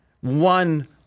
One